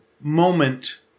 moment